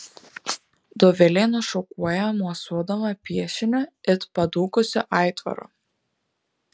dovilė nušokuoja mosuodama piešiniu it padūkusiu aitvaru